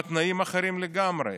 בתנאים אחרים לגמרי,